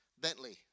Bentley